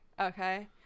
Okay